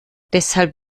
deshalb